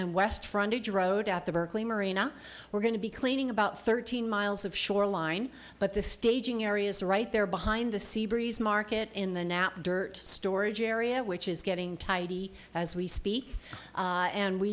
and west frontage road at the berkeley marina we're going to be cleaning about thirteen miles of shoreline but the staging areas are right there behind the sea breeze market in the nap dirt storage area which is getting tidy as we speak and we